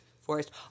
forest